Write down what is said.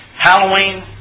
Halloween